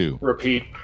Repeat